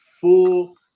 full